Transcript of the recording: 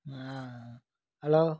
hello